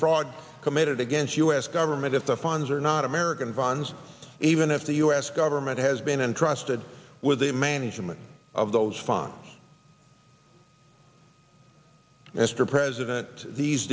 fraud committed against u s government if the funds are not american fans even if the u s government has been entrusted with the management of those funds mr president these